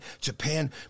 Japan